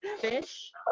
fish